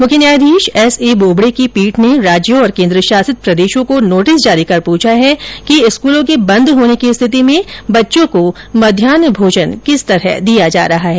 मुख्य न्यायाधीश एसए बोबडे की पीठ ने राज्यों और केन्द्र शासित प्रदेशों को नोटिस जारी कर पुछा है कि स्कूलों के बंद होने की स्थिति में बच्चों को मध्यान्ह भोजन किस तरह दिया जा रहा है